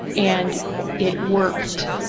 and it worked.